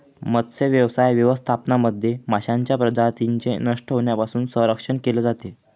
मत्स्यव्यवसाय व्यवस्थापनामध्ये माशांच्या प्रजातींचे नष्ट होण्यापासून संरक्षण केले जाते